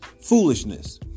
foolishness